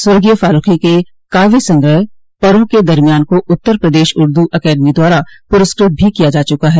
स्वर्गीय फारूको के काव्य संग्रह परों के दरमियान को उत्तर प्रदेश उर्दू एकेडमी द्वारा पुरस्कत भी किया जा चुका है